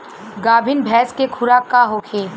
गाभिन भैंस के खुराक का होखे?